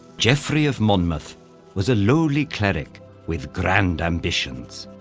geoffrey of monmouth was a lowly cleric with grand ambitions.